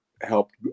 helped